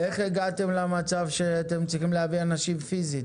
איך הגעתם למצב שאתם צריכים להביא אנשים פיזית,